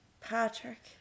Patrick